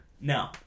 no